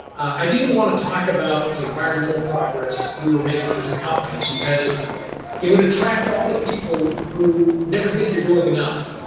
i didn't want to talk about the environmental progress we were making as a company because it would attract all the people who never think you're doing enough.